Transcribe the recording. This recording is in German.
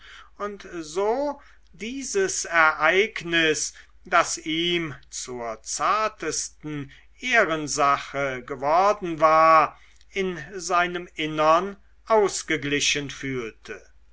und so dieses ereignis das ihm zur zartesten ehrensache geworden war in seinem innern ausgeglichen fühlte